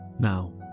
Now